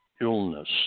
illness